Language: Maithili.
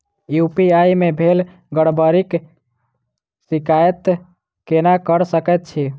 यु.पी.आई मे भेल गड़बड़ीक शिकायत केना कऽ सकैत छी?